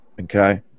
okay